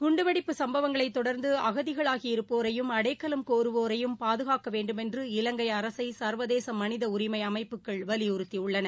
குண்டுவெடிப்பு சம்பவங்களைத் தொடர்ந்து அகதிகளாகி இருப்போரையும் அடைக்கலம் கோருவோரையும் பாதுகாக்க வேண்டும் என்று இலங்கை அரசை சர்வதேச மனித உரிமை அமைப்புகள் வலியுறுத்தியுள்ளன